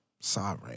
Sorry